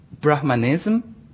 Brahmanism